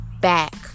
back